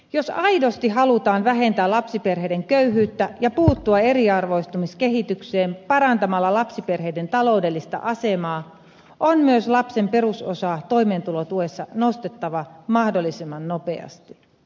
jos aidosti halutaan vähentää lapsiperheiden köyhyyttä ja puuttua eriarvoistumiskehitykseen parantamalla lapsiperheiden taloudellista asemaa on myös lapsen perusosaa toimeentulotuessa nostettava mahdollisimman nopeasti